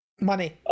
Money